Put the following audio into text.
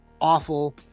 awful